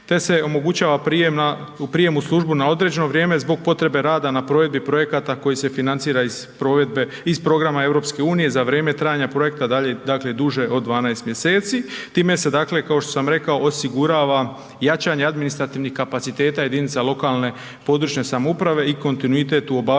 te se omogućava u prijem u službu na određeno vrijeme zbog potrebe rada na provedbi projekata koji se financira iz provedbe, iz programa EU za vrijeme trajanja projekta, dakle duže od 12 mjeseci. Time se dakle, kao što sam rekao osigurava jačanje administrativnih kapaciteta jedinica lokalne i područne samouprave i kontinuitet u obavljanju